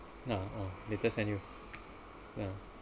ah ah later send you ah